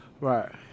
Right